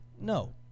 No